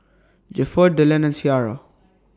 Gifford Dillan and Ciarra